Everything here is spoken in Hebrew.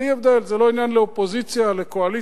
בלי הבדל, זה לא עניין לאופוזיציה ולקואליציה,